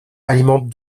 alimente